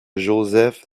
joseph